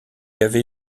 avait